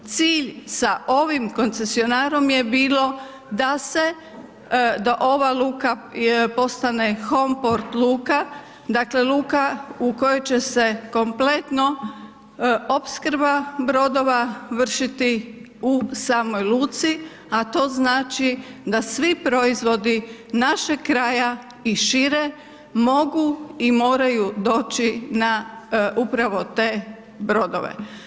Cilj sa ovim koncesionarom je bilo da se da ova luka postane home port luka, dakle luka u kojoj će se kompletno opskrba brodova vršiti u samoj luci a to znači da svi proizvodi našeg kraja i šire mogu i moraju doći na upravo te brodove.